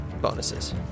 bonuses